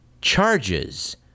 charges